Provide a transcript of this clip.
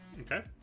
Okay